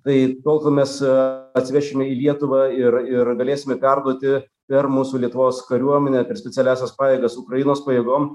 tai tol kol mes atsivešime į lietuvą ir ir galėsime perduoti per mūsų lietuvos kariuomenę per specialiąsias pajėgas ukrainos pajėgom